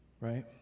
right